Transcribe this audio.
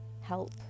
help